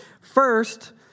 First